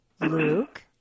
Luke